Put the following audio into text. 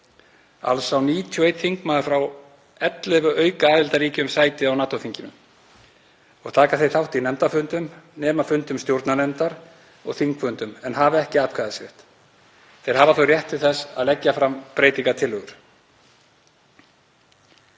Alls á 91 þingmaður frá 11 aukaaðildarríkjum sæti á NATO-þinginu og taka þeir þátt í nefndarfundum, nema fundum stjórnarnefndar, og þingfundum en hafa ekki atkvæðisrétt. Þeir hafa þó rétt til þess að leggja fram breytingartillögur.